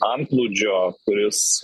antplūdžio kuris